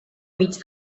mig